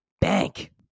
bank